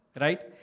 right